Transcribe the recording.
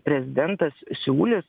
prezidentas siūlys